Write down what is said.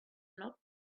not